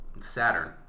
Saturn